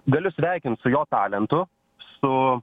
galiu sveikint su jo talentu su